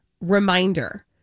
reminder